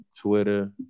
Twitter